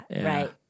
right